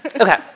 Okay